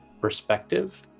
perspective